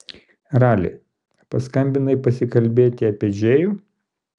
rali paskambinai pasikalbėti apie džėjų